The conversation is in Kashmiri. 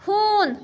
ہوٗن